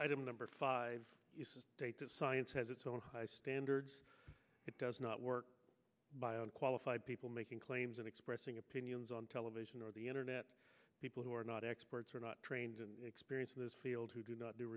item number five data science has its own high standards it does not work by on qualified people making claims and expressing opinions on television or the internet people who are not experts are not trained and experienced in this field who do not do